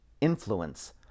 influence